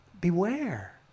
Beware